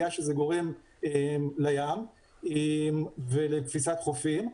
הפגיעה שזה גורם לים ולתפיסת חופים.